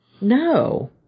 No